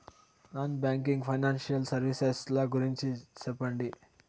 Non banking financial services ల గురించి సెప్పండి?